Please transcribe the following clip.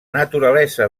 naturalesa